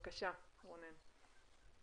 בבקשה, רונן.